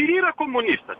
ir yra komunistas